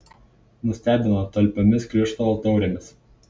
nustebino talpiomis krištolo taurėmis